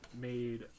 made